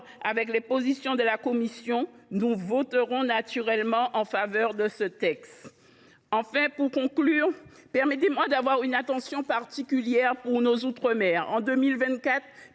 avec les positions de la commission, nous voterons naturellement en faveur de ce texte. Pour conclure, mes chers collègues, permettez moi d’avoir une attention particulière pour nos outre mer, où en 2024